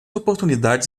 oportunidades